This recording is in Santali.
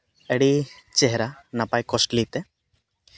ᱟᱹᱰᱤ ᱪᱮᱦᱨᱟ ᱱᱟᱯᱟᱭ ᱠᱚᱥᱴᱞᱤ ᱛᱮ